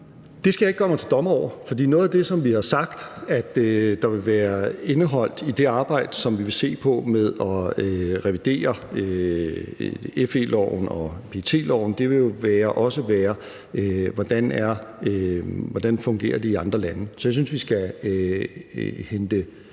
Det skal jeg ikke gøre mig til dommer over, for noget af det, som vi har sagt der vil være indeholdt i det arbejde, som vi vil se på, med at revidere FE-loven og PET-loven, vil være, hvordan det fungerer i andre lande. Så jeg synes, vi skal hente